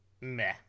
meh